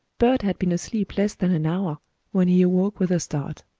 bert had been asleep less than an hour when he awoke with a start.